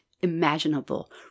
imaginable